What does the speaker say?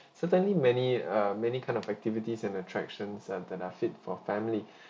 certainly many uh many kind of activities and attractions uh that are fit for family